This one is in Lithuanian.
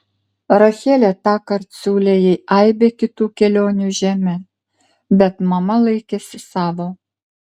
rachelė tąkart siūlė jai aibę kitų kelionių žeme bet mama laikėsi savo